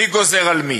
מי גוזר על מי?